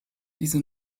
diese